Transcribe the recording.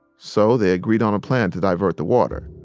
so they agreed on a plan to divert the water.